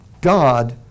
God